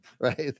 Right